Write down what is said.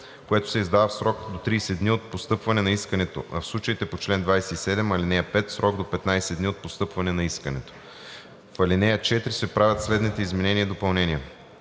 което се издава в срок до 30 дни от постъпване на искането, а в случаите по чл. 27, ал. 5 – в срок до 15 дни от постъпване на искането.“; - в ал. 4 се правят следните изменения и допълнения: